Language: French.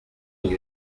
une